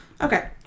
Okay